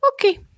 okay